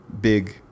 big